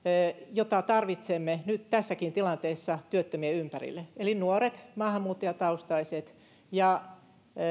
jota tarvitsemme nyt tässäkin tilanteessa työttömien ympärille eli nuoret maahanmuuttajataustaiset ja